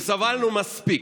וסבלנו מספיק.